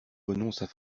renoncent